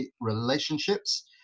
relationships